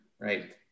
right